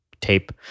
tape